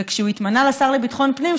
וכשהוא התמנה לשר לביטחון פנים,